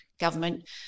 government